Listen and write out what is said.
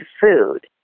food